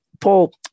Paul